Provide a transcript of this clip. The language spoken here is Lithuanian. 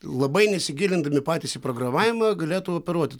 labai nesigilindami patys į programavimą galėtų operuoti